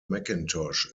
mackintosh